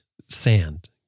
sand